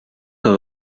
her